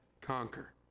conquer